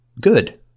good